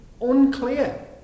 unclear